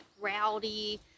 rowdy